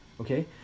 Okay